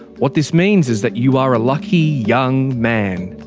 what this means is that you are lucky young man.